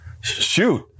Shoot